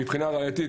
מבחינה ראייתית,